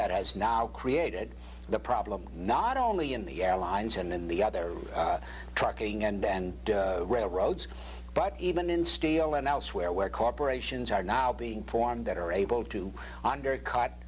that has now created the problem not only in the airlines and in the other trucking and railroads but even in steel and elsewhere where corporations are now being formed that are able to undercut